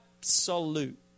Absolute